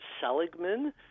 Seligman